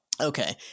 Okay